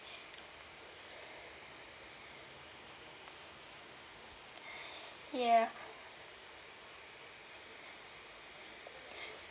ya